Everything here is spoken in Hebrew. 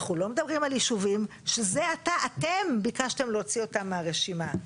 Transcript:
אנחנו לא מדברים על יישובים שזה עתה אתם ביקשתם להוציא אותם מהרשימה.